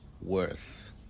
worse